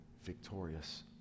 victorious